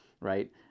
right